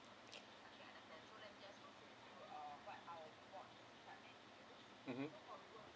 mmhmm